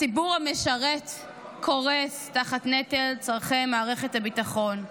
הציבור המשרת קורס תחת נטל צורכי מערכת הביטחון.